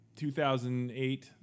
2008